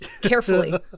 Carefully